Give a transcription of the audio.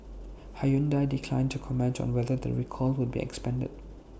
Hyundai declined to comment on whether the recall would be expanded